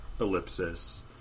Ellipsis